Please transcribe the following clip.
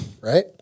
right